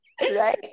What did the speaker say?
Right